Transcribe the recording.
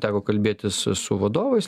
teko kalbėtis su vadovais